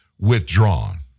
withdrawn